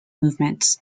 movement